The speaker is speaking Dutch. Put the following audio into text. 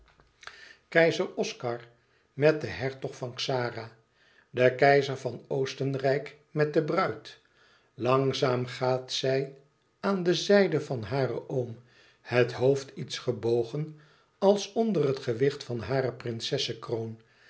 keizer oscar met den hertog van xara de keizer van oostenrijk met de bruid langzaam gaat zij aan de zijde van haren oom het hoofd iets gebogen als onder het gewicht van hare